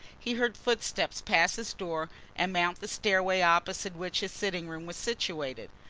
he heard footsteps pass his door and mount the stairway opposite which his sitting-room was situated.